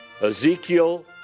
Ezekiel